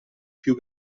più